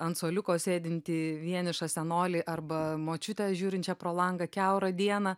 ant suoliuko sėdintį vienišą senolį arba močiutę žiūrinčią pro langą kiaurą dieną